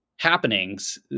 happenings